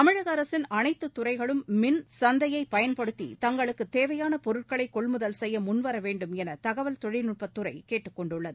தமிழக அரசின் அனைத்துத் துறைகளும் மின் சந்தையை பயன்படுத்தி தங்களுக்கு தேவையான பொருட்களை கொள்முதல் செய்ய முன்வர வேண்டும் எள தகவல் தொழில்நுட்பத் துறை கேட்டுக்கொண்டுள்ளது